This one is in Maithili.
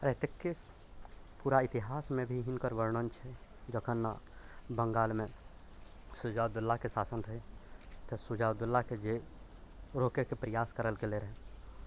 आर एतयके पूरा इतिहासमे भी हिनकर वर्णन छै जखन बङ्गालमे सिराजुद्दौलाके शासन रहै तऽ सिराजुद्दौलाके जे रोकैके प्रयास करल गेल रहै